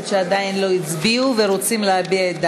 שעדיין לא הצביעו ורוצים להביע את דעתם?